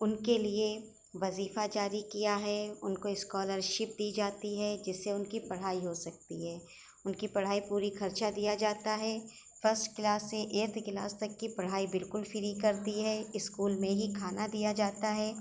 ان کے لیے وظیفہ جاری کیا ہے ان کو اسکالرشپ دی جاتی ہے جس سے ان کی پڑھائی ہو سکتی ہے ان کی پڑھائی پوری خرچہ دیا جاتا ہے فسٹ کلاس سے ایٹتھ کلاس تک کی پڑھائی بلکل فری کر دی ہے اسکول میں ہی کھانا دیا جاتا ہے